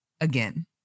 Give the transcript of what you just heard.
again